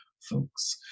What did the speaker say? folks